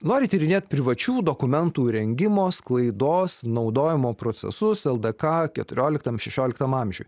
nori tyrinėt privačių dokumentų rengimo sklaidos naudojimo procesus ldk keturioliktam šešioliktam amžiuj